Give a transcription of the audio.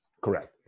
Correct